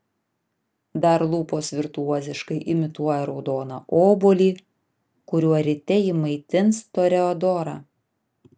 dar lūpos virtuoziškai imituoja raudoną obuolį kuriuo ryte ji maitins toreadorą